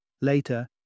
Later